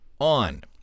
On